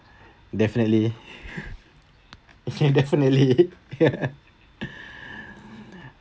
definitely definitely yeah